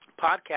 podcast